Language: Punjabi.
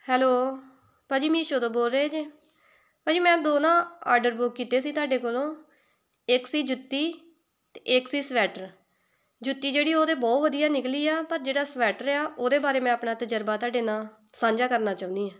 ਹੈਲੋ ਭਾਅ ਜੀ ਮੀਸ਼ੋ ਤੋਂ ਬੋਲ ਰਹੇ ਜੇ ਭਾਅ ਜੀ ਮੈਂ ਦੋ ਨਾ ਆਡਰ ਬੁੱਕ ਕੀਤੇ ਸੀ ਤੁਹਾਡੇ ਕੋਲੋਂ ਇੱਕ ਸੀ ਜੁੱਤੀ ਅਤੇ ਇੱਕ ਸੀ ਸਵੈਟਰ ਜੁੱਤੀ ਜਿਹੜੀ ਉਹ ਤਾਂ ਬਹੁਤ ਵਧੀਆ ਨਿਕਲੀ ਆ ਪਰ ਜਿਹੜਾ ਸਵੈਟਰ ਆ ਉਹਦੇ ਬਾਰੇ ਮੈਂ ਆਪਣਾ ਤਜਰਬਾ ਤੁਹਾਡੇ ਨਾਲ ਸਾਂਝਾ ਕਰਨਾ ਚਾਹੁੰਦੀ ਆ